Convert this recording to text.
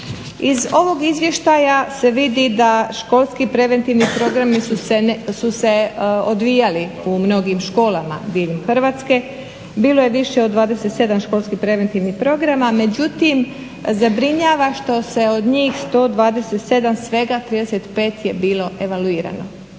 Iz ovog izvještaja se vidi da školski preventivni programi su se odvijali u mnogim školama diljem Hrvatske, bilo je više od 27 školskih preventivnih programa. Međutim, zabrinjava što se od njih 127 svega 35 je bilo evaluirano.